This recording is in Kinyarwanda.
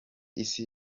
isi